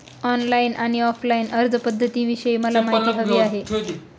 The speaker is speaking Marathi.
ऑनलाईन आणि ऑफलाईन अर्जपध्दतींविषयी मला माहिती हवी आहे